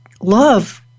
love